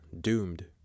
Doomed